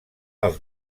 els